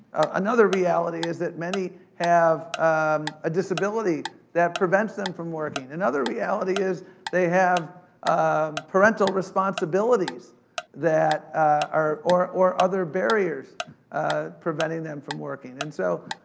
another reality is that many have um a disability that prevents them from working. and another reality is they have ah parental responsibilities that are, or or other barriers ah preventing them from working. and so,